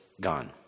gone